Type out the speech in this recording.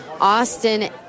Austin